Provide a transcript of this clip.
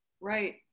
right